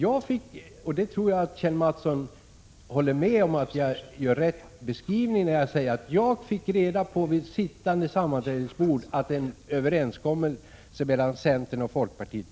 Jag tror att Kjell Mattsson ger mig rätt i beskrivningen att jag först när jag satt vid sammanträdesbordet fick reda på att en överenskommelse var gjord mellan centern och folkpartiet.